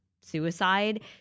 suicide